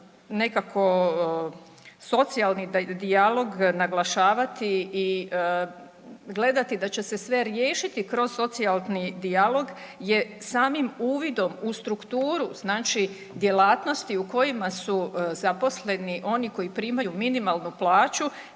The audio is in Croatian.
nekako socijalni dijalog naglašavati i gledati da će se sve riješiti kroz socijalni dijalog je samim uvidom u strukturu znači djelatnosti u kojima su zaposleni oni koji primaju minimalnu plaću